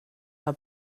del